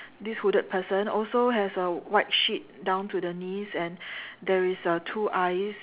this hooded person also have a white sheet down to the knees and there is a two eyes